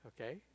okay